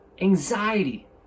anxiety